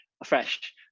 afresh